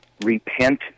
Repent